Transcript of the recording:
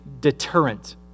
deterrent